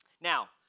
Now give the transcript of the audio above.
Now